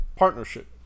partnership